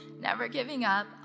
never-giving-up